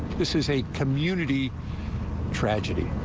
this is a community tragedy.